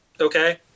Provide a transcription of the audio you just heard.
okay